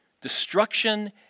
Destruction